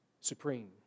supreme